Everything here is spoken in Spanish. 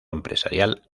empresarial